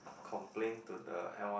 complain to the L_R~